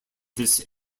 this